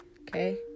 Okay